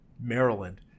Maryland